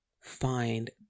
find